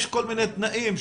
יש כל מיני תנאים,